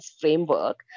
framework